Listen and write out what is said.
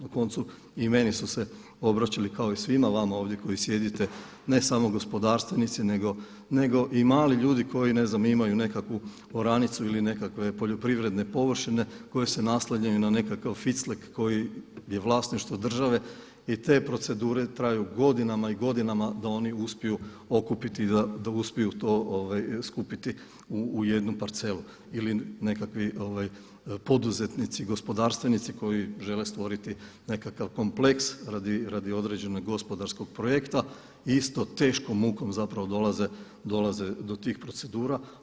Na koncu, i meni su se obraćali kao i svima vama ovdje koji sjedite, ne samo gospodarstvenici nego i mali ljudi koji ne znam, imaju nekakvu oranicu ili nekakve poljoprivredne površine koje se naslanjaju na nekakv ficlek koji je vlasništvo države i te procedure traju godinama i godinama da oni uspiju okupiti i da uspiju to skupiti u jednu parcelu ili nekakvi poduzetnici, gospodarstvenici koji žele stvoriti nekakav kompleks radi određenog gospodarskog projekta, isto teškom mukom dolaze do tih procedura.